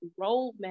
roadmap